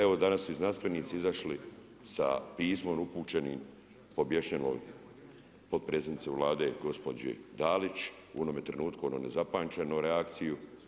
Evo danas i znanstvenici izašli sa pismom upućenim pobješnjeloj potpredsjednici Vlade gospođi Dalić u onome trenutku, onoj nezapamćenoj reakciji.